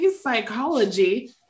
psychology